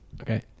okay